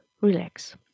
relax